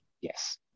yes